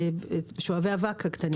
אתה מתכוון לשואבי האבק הקטנים.